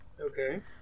Okay